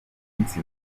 minsi